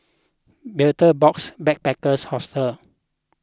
Betel Box Backpackers Hostel